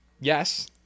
Yes